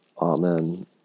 Amen